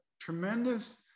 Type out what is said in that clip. tremendous